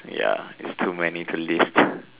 ya it's too many to list